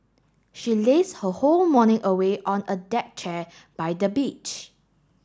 she lazed her whole morning away on a deck chair by the beach